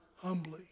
Humbly